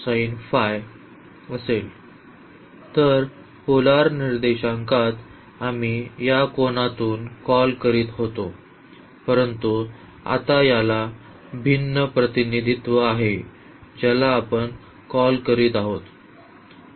तर पोलर निर्देशांकात आम्ही या कोनातून कॉल करीत होतो परंतु आता याला भिन्न प्रतिनिधित्व आहे ज्याला आपण कॉल करीत आहोत